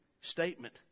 statement